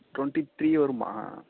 twenty three வருமா